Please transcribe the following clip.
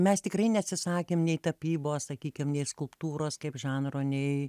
mes tikrai neatsisakėm nei tapybos sakykim nė skulptūros kaip žanro nei